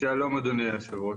שלום אדוני היו"ר.